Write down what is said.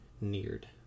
Neared